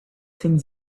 things